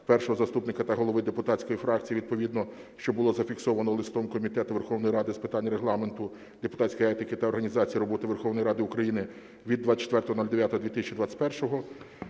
першого заступника та голови депутатської фракції, відповідно що було зафіксовано листом Комітету Верховної Ради з питань Регламенту, депутатської етики та організації роботи Верховної Ради України від 24.09.2021".